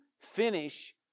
finish